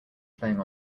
playing